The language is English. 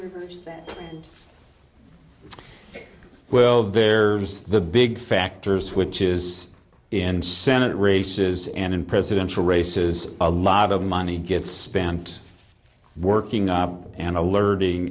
use that well there's the big factors which is in senate races and in presidential races a lot of money gets spent working and alerting